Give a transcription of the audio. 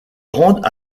rendent